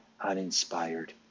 uninspired